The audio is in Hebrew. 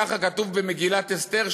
ככה כתוב במגילת אסתר,